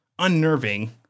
unnerving